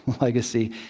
legacy